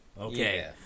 okay